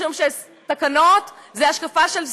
משום שתקנות הן השקפה של שר,